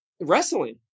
wrestling